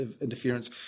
interference